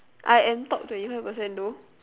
I am top twenty five percent though